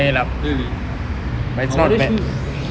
really warrior shoes